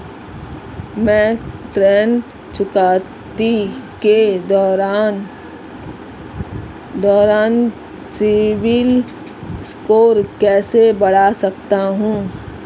मैं ऋण चुकौती के दौरान सिबिल स्कोर कैसे बढ़ा सकता हूं?